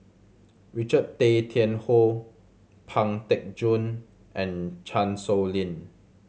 Richard Tay Tian Hoe Pang Teck Joon and Chan Sow Lin